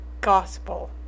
Gospel